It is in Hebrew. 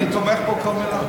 אני תומך בכל מלה.